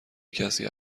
کسی